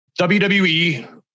WWE